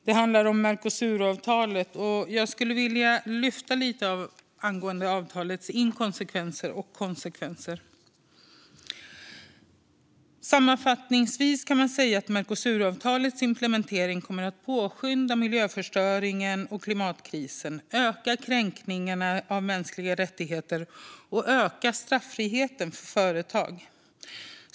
Det handlar om Mercosuravtalet, och jag ska ta upp något om avtalets inkonsekvenser och konsekvenser. Sammanfattningsvis kan man säga att Mercosuravtalets implementering kommer att påskynda miljöförstöringen och klimatkrisen, öka kränkningarna av mänskliga rättigheter och öka straffriheten för företag.